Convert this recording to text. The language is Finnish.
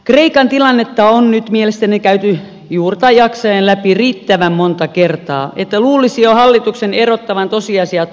kreikan tilannetta on nyt mielestäni käyty juurta jaksaen läpi riittävän monta kertaa joten luulisi jo hallituksen erottavan tosiasiat kaunokuvitelmista